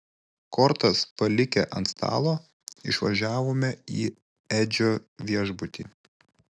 kortas palikę ant stalo išvažiavome į edžio viešbutį